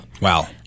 Wow